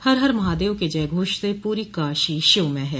हर हर महादेव के जयघोष से पूरी काशी शिवमय है